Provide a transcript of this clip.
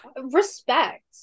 respect